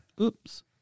oops